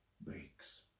breaks